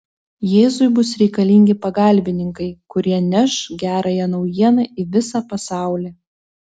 jėzui bus reikalingi pagalbininkai kurie neš gerąją naujieną į visą pasaulį